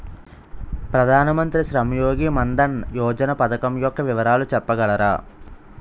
ప్రధాన మంత్రి శ్రమ్ యోగి మన్ధన్ యోజన పథకం యెక్క వివరాలు చెప్పగలరా?